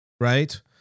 right